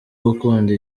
gukunda